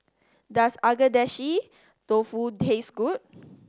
does Agedashi Dofu taste good